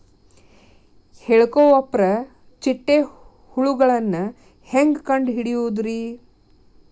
ಹೇಳಿಕೋವಪ್ರ ಚಿಟ್ಟೆ ಹುಳುಗಳನ್ನು ಹೆಂಗ್ ಕಂಡು ಹಿಡಿಯುದುರಿ?